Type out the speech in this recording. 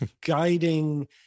guiding